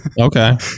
okay